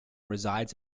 resides